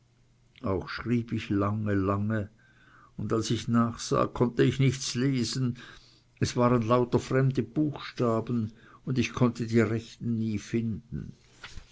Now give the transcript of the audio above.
auch schrieb ich lange lange und als ich nachsah konnte ich nichts lesen es waren lauter fremde buchstaben ich konnte die rechten nie finden